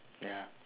ya